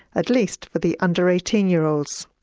at least for the under eighteen year olds.